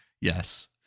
Yes